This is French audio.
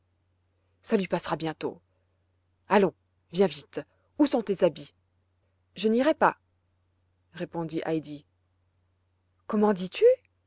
ça lui passera bientôt allons viens vite où sont tes habits je n'irai pas répondit heidi comment dis-tu